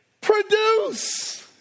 Produce